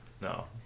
no